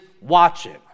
watching